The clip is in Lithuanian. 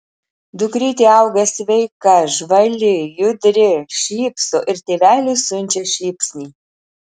dukrytė auga sveika žvali judri šypso ir tėveliui siunčia šypsnį